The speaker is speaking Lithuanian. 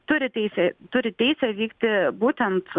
turi teisę turi teisę vykti būtent